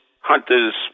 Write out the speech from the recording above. Hunters